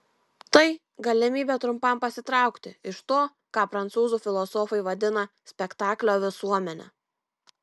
tai galimybė trumpam pasitraukti iš to ką prancūzų filosofai vadina spektaklio visuomene